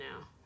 now